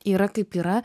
yra kaip yra